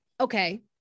okay